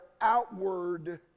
outward